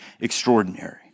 extraordinary